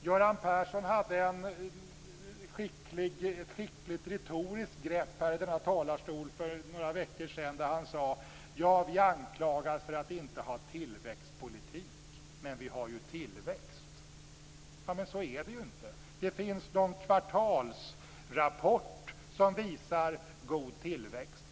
Göran Persson använde sig av ett skickligt retoriskt grepp i talarstolen för några veckor sedan. Han sade att han anklagades för att inte ha en tillväxtpolitik, men han sade att det råder tillväxt. Men så är det inte. Det finns någon kvartalsrapport som visar god tillväxt.